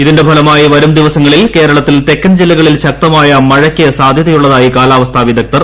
ഇതിന്റെ ഫലമായി വരും ദിവസങ്ങളിൽ കേരളത്തിൽ തെക്കൻ ്ജില്ലക്ളിൽ ശക്തമായ മഴയ്ക്ക് സാധൃതയുള്ളതായി കാലാവസ്ഥ്യ പ്പിദ്ദ്ഗ്ദ്ധർ